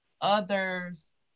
others